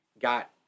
got